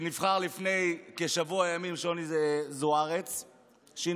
שנבחר לפני כשבוע ימים, שינו זוארץ,